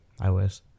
iOS